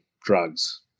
drugs